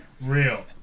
real